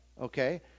Okay